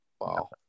wow